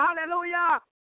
hallelujah